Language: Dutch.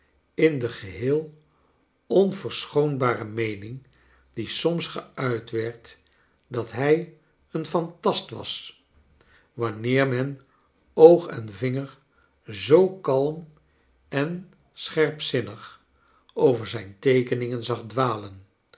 in de geheel onverschoonbare meening die soms geuit werd dat hij een fantast was wanneer men oog en vinger zoo kalm en scherpzinnig over zijn teekeningen zag dwalen